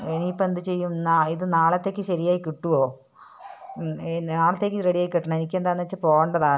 ഇനിയിപ്പം എന്ത് ചെയ്യും ഇത് നാളത്തേക്ക് ശരിയായി കിട്ടുമോ നാളത്തേക്ക് റെഡിയായി കിട്ടണം എനിക്കെന്താണെന്ന് വച്ചാൽ പോവേണ്ടതാണ്